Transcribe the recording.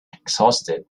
exhausted